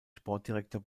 sportdirektor